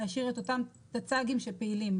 להשאיר את אותם טצ"גים שפעילים.